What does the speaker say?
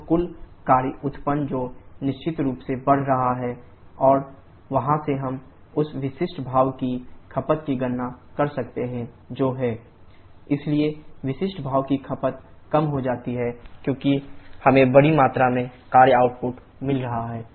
तो कुल कार्य उत्पादन जो निश्चित रूप से बढ़ रहा है और वहां से हम उस विशिष्ट भाप की खपत की गणना कर सकते हैं जो है SSC 1Wnet374 kgkWh इसलिए विशिष्ट भाप की खपत कम हो जाती है क्योंकि हमें बड़ी मात्रा में कार्य आउटपुट मिल रहा है